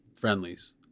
friendlies